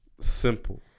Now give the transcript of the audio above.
Simple